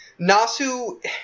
Nasu